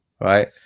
right